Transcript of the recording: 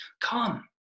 Come